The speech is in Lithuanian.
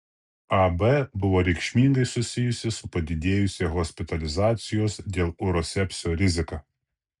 ab buvo reikšmingai susijusi su padidėjusia hospitalizacijos dėl urosepsio rizika